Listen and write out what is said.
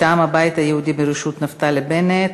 מטעם הבית היהודי בראשות נפתלי בנט,